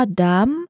Adam